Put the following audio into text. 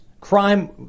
Crime